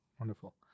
Wonderful